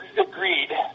agreed